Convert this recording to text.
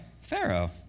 Pharaoh